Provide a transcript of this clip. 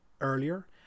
earlier